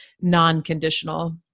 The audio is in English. non-conditional